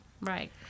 Right